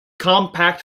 compact